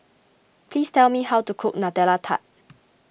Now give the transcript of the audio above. please tell me how to cook Nutella Tart